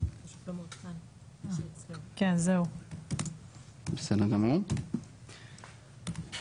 אז פה אנחנו רואים קצת נתונים,